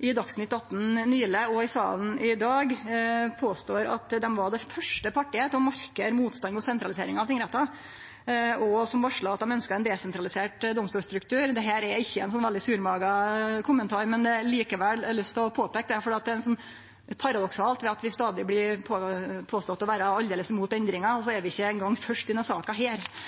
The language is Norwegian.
i Dagsnytt 18 nyleg og i salen i dag, påstår at dei var det første partiet som markerte motstand mot sentralisering av tingrettar, og som varsla at dei ønskte ein desentralisert domstolstruktur. Dette er ikkje ein veldig surmaga kommentar, men likevel har eg lyst til å påpeike det, for det er litt paradoksalt at det stadig blir påstått at vi er aldeles imot endringar, og så er vi ikkje eingong først i denne saka.